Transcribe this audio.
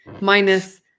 minus